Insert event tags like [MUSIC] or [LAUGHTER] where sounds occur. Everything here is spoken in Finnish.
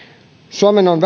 suomen on [UNINTELLIGIBLE]